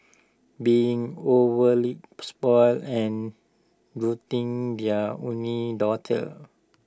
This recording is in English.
being overly spoilt and doting their only daughter